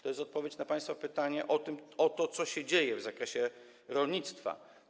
To jest odpowiedź na państwa pytanie o to, co się dzieje w zakresie rolnictwa.